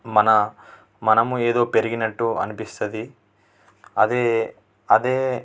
మన మనము ఏదో పెరిగినట్టు అనిపిస్తుంది అదే అదే